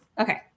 Okay